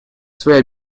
свои